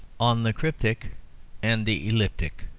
on the cryptic and the elliptic